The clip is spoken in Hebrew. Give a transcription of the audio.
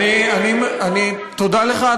תודה לך,